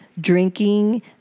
drinking